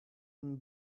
and